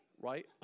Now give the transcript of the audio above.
right